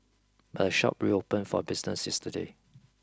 but a shop reopened for business yesterday